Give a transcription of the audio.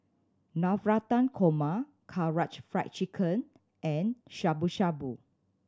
Navratan Korma Karaage Fried Chicken and Shabu Shabu